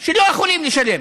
שלא יכולים לשלם